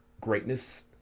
greatness